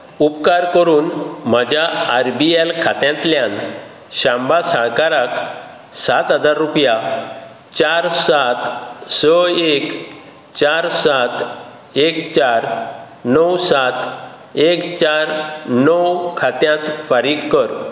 उपकार करून म्हज्या आर बी एल खात्यांतल्यान शांबा साळकाराक सात हजार रुपया चार सात स एक चार सात एक चार णव सात एक चार णव खात्यांत फारीक कर